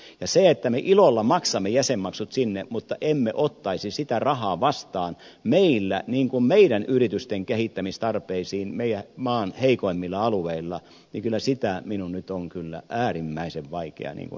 ja sitä että me ilolla maksamme jäsenmaksut sinne mutta emme ottaisi sitä rahaa vastaan meidän yritysten kehittämistarpeisiin meidän maan heikoimmilla alueilla minun nyt kyllä on äärimmäisen vaikea ymmärtää